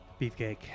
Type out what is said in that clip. Beefcake